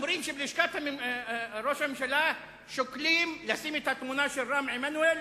אומרים שבלשכת ראש הממשלה שוקלים לשים את התמונה של רם עמנואל